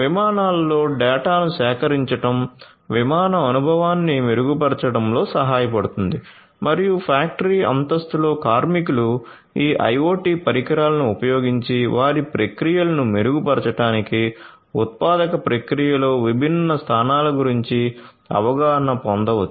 విమానాలలో డేటాను సేకరించడం విమాన అనుభవాన్ని మెరుగుపరచడంలో సహాయపడుతుంది మరియు ఫ్యాక్టరీ అంతస్తులోని కార్మికులు ఈ IoT పరికరాలను ఉపయోగించి వారి ప్రక్రియలను మెరుగుపరచడానికి ఉత్పాదక ప్రక్రియలోని విభిన్న స్థానాల గురించి అవగాహన పొందవచ్చు